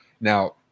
now